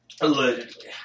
Allegedly